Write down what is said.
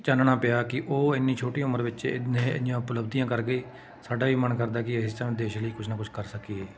ਚਾਨਣਾ ਪਿਆ ਕਿ ਉਹ ਇੰਨੀ ਛੋਟੀ ਉਮਰ ਵਿੱਚ ਇਨ ਇੰਨੀਆਂ ਉਪਲਬਧੀਆਂ ਕਰ ਗਏ ਸਾਡਾ ਵੀ ਮਨ ਕਰਦਾ ਕਿ ਅਸੀਂ ਤਾਂ ਦੇਸ਼ ਲਈ ਕੁਛ ਨਾ ਕੁਛ ਕਰ ਸਕੀਏ